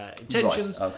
intentions